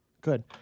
Good